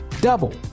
double